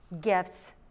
gifts